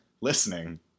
listening